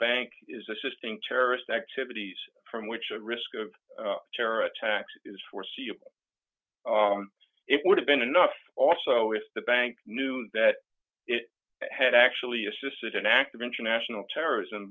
bank is assisting terrorist activities from which a risk of terror attacks is foreseeable it would have been enough also if the bank knew that it had actually assisted an act of international terrorism